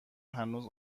هنوز